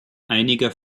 einiger